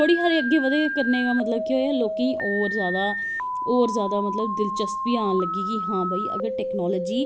थोह्ड़ी अग्गैं बधने कन्नैं केह् होआ कि लोकें गी होर जादा होर जादा दिलचस्पी आन लगी कि हां भाई टैकनॉलजी